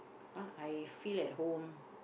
but I feel at home